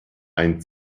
ein